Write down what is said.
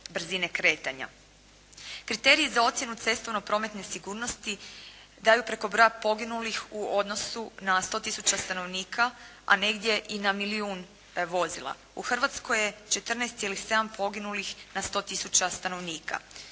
Kriteriji za ocjenu cestovno prometne sigurnosti daju preko broja poginulih u odnosu na 100 tisuća stanovnika a negdje i na milijun vozila. U Hrvatskoj je 14,7 poginulih na 100 tisuća stanovnika.